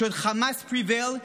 Should Hamas prevail,